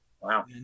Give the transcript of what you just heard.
Wow